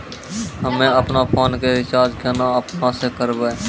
हम्मे आपनौ फोन के रीचार्ज केना आपनौ से करवै?